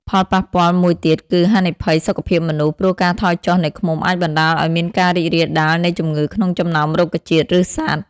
ផលប៉ះពាល់មួយទៀតគឺហានិភ័យសុខភាពមនុស្ស ព្រោះការថយចុះនៃឃ្មុំអាចបណ្តាលឲ្យមានការរីករាលដាលនៃជំងឺក្នុងចំណោមរុក្ខជាតិ ឬសត្វ។